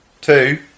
two